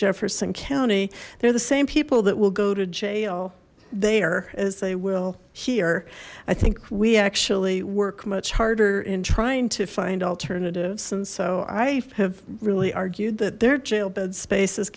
jefferson county they're the same people that will go to jail there as they will here i think we actually work much harder in trying to find altar and so i have really argued that their jail bed space is